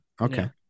Okay